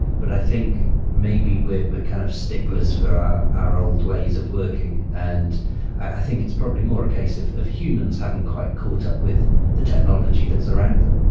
but i think maybe we're but kind of sticklers for our old ways of working, and i think it's probably more a case of of humans haven't quite caught up with the technology that surround them.